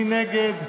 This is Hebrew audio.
מי נגד?